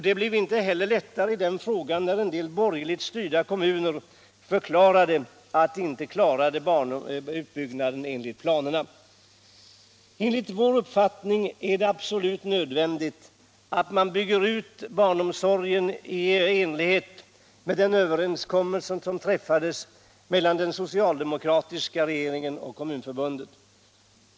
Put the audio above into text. Det blev inte heller lättare i den frågan när en del borgerligt styrda kommuner förklarade att de inte klarar utbyggnaden enligt planerna. Enligt vår uppfattning är det absolut nödvändigt att man bygger ut barnomsorgen i enlighet med den överenskommelse som träffats mellan den socialdemokratiska regeringen och Kommunförbundet.